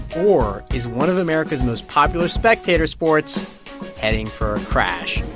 or is one of america's most popular spectator sports heading for a crash?